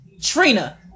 Trina